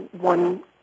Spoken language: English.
one